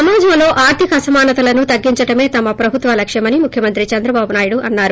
సమాజంలో ఆర్గిక అసమానతలు తగ్గించడమే తమ ప్రభుత్వ లక్షమని ముఖ్యమంత్రి చంద్రబాబు నాయుడు అన్నారు